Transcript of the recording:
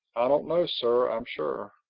i don't know, sir, i'm sure.